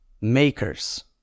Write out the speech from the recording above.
makers